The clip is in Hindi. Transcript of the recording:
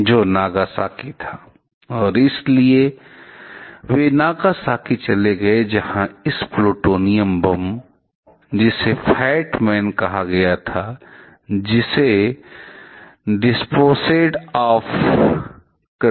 और यह ट्राइसॉमी21 गुणसूत्र में ट्राइसॉमी को संदर्भित करता है 21 स्लॉट्स डाउन सिंड्रोम को संदर्भित करता है जहां संबंधित बच्चा आपके कई दोषों में पैदा होगा जैसे कि क्लिफ्ट लिप या क्लिफ्ट पैलेट छोटे सिर हो सकते हैं भौहें शायद अनुपस्थित हो सकती हैं वगैरह